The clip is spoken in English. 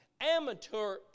amateur